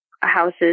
houses